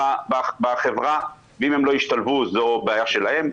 בחברה ואם הם לא ישתלבו זו בעיה שלהם,